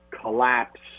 collapse